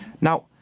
Now